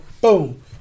boom